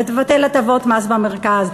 לבטל הטבות מס במרכז,